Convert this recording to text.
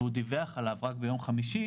והוא דיווח על כך רק ביום חמישי,